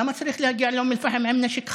למה צריך להגיע לאום אל-פחם עם נשק חי?